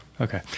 Okay